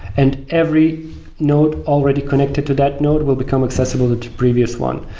and every node already connected to that node will become accessible to previous one.